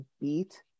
beat